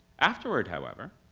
afterward, however,